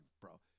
bro